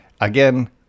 Again